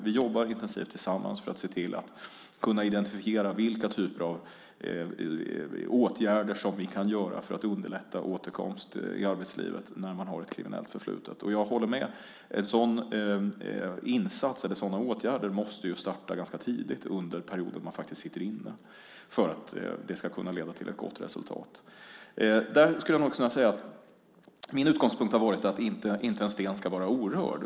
Vi jobbar intensivt tillsammans för att se till att kunna identifiera vilka typer av åtgärder som vi kan vidta för att underlätta återkomst i arbetslivet för den som har ett kriminellt förflutet. Jag håller med om att sådana åtgärder måste starta ganska tidigt under den period en person faktiskt sitter inne för att det ska kunna leda till ett gott resultat. Däremot skulle jag nog kunna säga att min utgångspunkt har varit att inte en sten ska vara orörd.